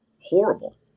Horrible